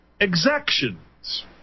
exactions